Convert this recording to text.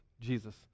Jesus